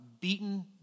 beaten